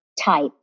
type